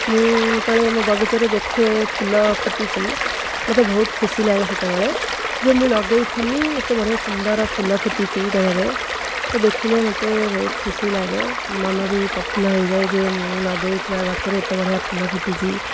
ମୁଁ ଯେତେବେଳେ ମୋ ବଗିଚାରେ ଦେଖେ ଫୁଲ ଫୁଟିଛି ମୋତେ ବହୁତ ଖୁସି ଲାଗେ ସେତେବେଳେ ଯେ ମୁଁ ଲଗାଇଥିଲି ଏତେ ବଢ଼ିଆ ସୁନ୍ଦର ଫୁଲ ଫୁଟିଛି ତା ଦେହରେ ତ ଦେଖିଲେ ମୋତେ ବହୁତ ଖୁସି ଲାଗେ ମନ ବି ପ୍ରଫୁଲ୍ଲ ହୋଇଯାଏ ଯେ ମୁଁ ଲଗାଇଥିବା ଗଛରେ ଏତେ ବଢ଼ିଆ ଫୁଲ ଫୁଟିଛି